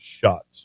Shots